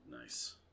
Nice